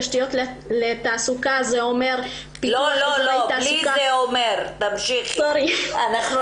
תשתיות לתעסוקה זה אומר פיתוח אזורי תעסוקה.